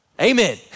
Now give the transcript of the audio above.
Amen